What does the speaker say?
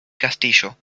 castillo